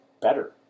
better